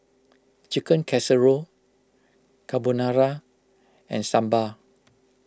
Chicken Casserole Carbonara and Sambar